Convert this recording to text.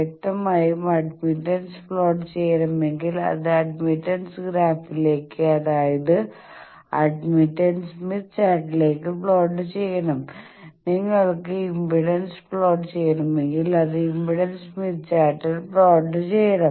വ്യക്തമായും admittance plot ചെയ്യണമെങ്കിൽ അത് അഡ്മിറ്റൻസ് ഗ്രാഫിലേക്ക് അതായത് അഡ്മിറ്റൻസ് സ്മിത്ത് ചാർട്ടിലേക്ക് പ്ലോട്ട് ചെയ്യണം നിങ്ങൾക്ക് ഇംപെഡൻസ് പ്ലോട്ട് ചെയ്യണമെങ്കിൽ അത് ഇംപെഡൻസ് സ്മിത്ത് ചാർട്ടിൽ പ്ലോട്ട് ചെയ്യണം